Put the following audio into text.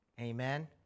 Amen